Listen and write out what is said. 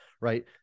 right